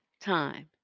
time